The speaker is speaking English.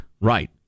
right